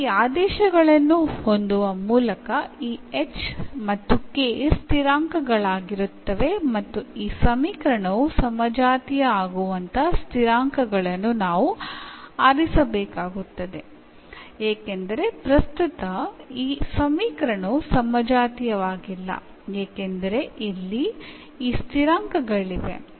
ಈಗ ಈ ಆದೇಶಗಳನ್ನು ಹೊಂದುವ ಮೂಲಕ ಈ h ಮತ್ತು k ಸ್ಥಿರಾಂಕಗಳಾಗಿರುತ್ತವೆ ಮತ್ತು ಈ ಸಮೀಕರಣವು ಸಮಜಾತೀಯ ಆಗುವಂತಹ ಸ್ಥಿರಾಂಕಗಳನ್ನು ನಾವು ಆರಿಸಬೇಕಾಗುತ್ತದೆ ಏಕೆಂದರೆ ಪ್ರಸ್ತುತ ಈ ಸಮೀಕರಣವು ಸಮಜಾತೀಯವಾಗಿಲ್ಲ ಏಕೆಂದರೆ ಇಲ್ಲಿ ಈ ಸ್ಥಿರಾಂಕಗಳಿವೆ